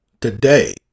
Today